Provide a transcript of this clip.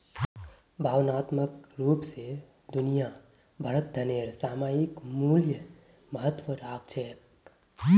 भावनात्मक रूप स दुनिया भरत धनेर सामयिक मूल्य महत्व राख छेक